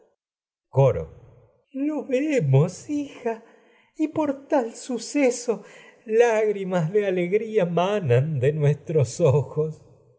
coro de lo vemos hija y por tal suceso lágrimas alegría manan de nuestros ojos